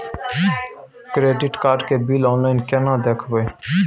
Credit card के bill online केना देखबय?